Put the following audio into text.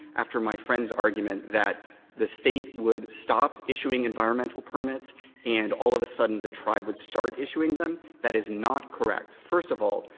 after my friend's argument, that the state would stop issuing environmental permits and all of a sudden the tribe would start issuing them. that is not correct. first of all,